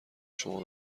شما